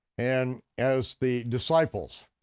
and as the disciples